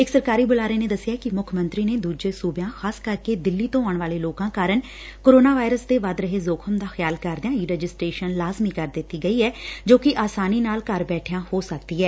ਇਕ ਸਰਕਾਰੀ ਬੁਲਾਰੇ ਨੇ ਦਸਿਆ ਕਿ ਮੁੱਖ ਮੰਤਰੀ ਨੇ ਦੁਜੇ ਸੁਬਿਆਂ ਖ਼ਾਸਕਰਕੇ ਦਿੱਲੀ ਤੋਂ ਆਉਣ ਵਾਲੇ ਲੋਕਾ ਕਾਰਨ ਕੋਰੋਨਾ ਵਾਇਰਸ ਦੇ ਵੱਧ ਰਹੇ ਜ਼ੋਖ਼ਮ ਦਾ ਖਿਆਲ ਕਰਦਿਆ ਈ ਰਜਿਸਟਰੇਸ਼ਨ ਲਾਜ਼ਮੀ ਕੀਤੀ ਗਈ ਐ ਜੋ ਕਿ ਆਸਾਨੀ ਨਾਲ ਘਰ ਬੈਠਿਆਂ ਹੋ ਸਕਦੀ ਐ